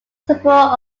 support